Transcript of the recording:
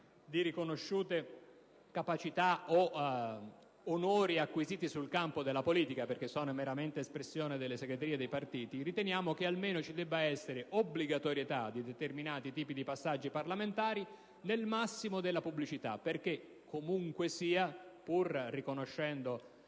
di riconosciute capacità o onori acquisiti sul campo della politica, perché sono meramente espressione dei vertici dei partiti - riteniamo che vi debba essere almeno obbligatorietà di determinati tipi di passaggi parlamentari nel massimo della pubblicità. Dunque, comunque sia, pur riconoscendo